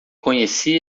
conheci